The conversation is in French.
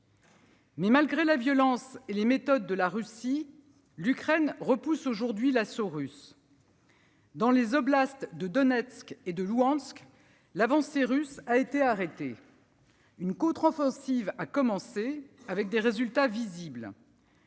faire. Malgré la violence et les méthodes de la Russie, l'Ukraine repousse aujourd'hui l'assaut russe. Dans les oblasts de Donetsk et de Louhansk, l'avancée russe a été arrêtée. Une contre-offensive a commencé, avec des résultats visibles.